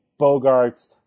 Bogarts